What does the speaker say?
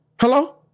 Hello